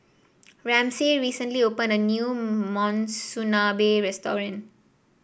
Ramsey recently opened a new Monsunabe restaurant